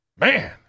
man